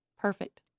Perfect